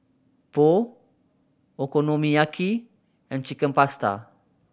Pho Okonomiyaki and Chicken Pasta